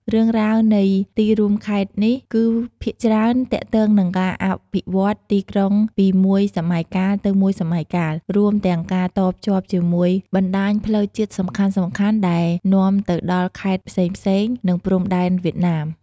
រឿងរ៉ាវនៃទីរួមខេត្តនេះ គឺភាគច្រើនទាក់ទងនឹងការអភិវឌ្ឍន៍ទីក្រុងពីមួយសម័យកាលទៅមួយសម័យកាល រួមទាំងការតភ្ជាប់ជាមួយបណ្ដាញផ្លូវជាតិសំខាន់ៗដែលនាំទៅដល់ខេត្តផ្សេងៗ និងព្រំដែនវៀតណាម។